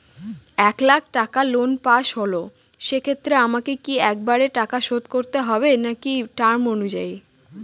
এক লাখ টাকা loan pass হল সেক্ষেত্রে আমাকে কি একবারে টাকা শোধ করতে হবে নাকি টার্ম অনুযায়ী?